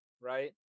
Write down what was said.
right